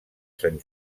sant